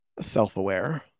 Self-aware